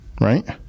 Right